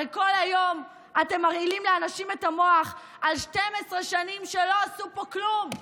הרי כל היום אתם מרעילים לאנשים את המוח על 12 שנים שלא עשו פה כלום.